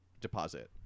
deposit